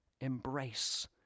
embrace